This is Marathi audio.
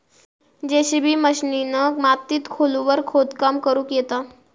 जेसिबी मशिनीन मातीत खोलवर खोदकाम करुक येता